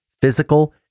physical